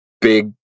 big